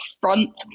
front